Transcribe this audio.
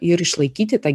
ir išlaikyti tą